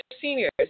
seniors